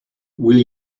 will